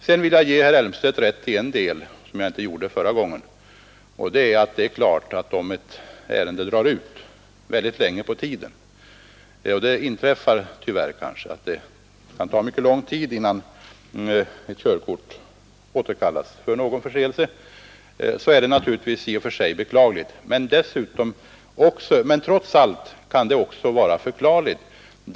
Sedan vill jag ge herr Elmstedt rätt i att det är beklagligt om ett ärende drar ut så länge — och det inträffar tyvärr — så att mycket lång tid hinner förflyta innan ett körkort återkallas för någon förseelse. Men trots allt kan det vara förklarligt.